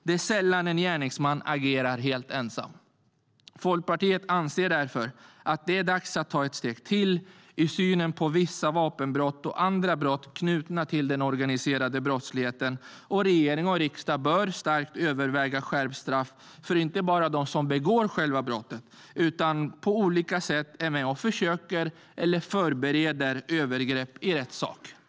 Det är sällan en gärningsman agerar helt ensam. Folkpartiet anser därför att det är dags att ta ett steg till i synen på vissa vapenbrott och andra brott knutna till den organiserade brottsligheten. Regering och riksdag bör starkt överväga skärpta straff inte bara för dem som begår brottet, utan också för dem som på olika sätt är med och förbereder övergrepp i rättssak.